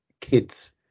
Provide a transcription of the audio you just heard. kids